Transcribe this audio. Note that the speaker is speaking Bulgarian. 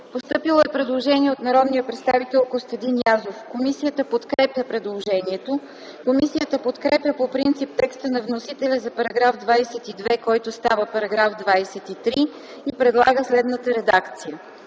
постъпило предложение на народния представители Костадин Язов. Комисията подкрепя предложението. Комисията подкрепя по принцип текста на вносителя за § 24, който става § 25, и предлага следната редакция: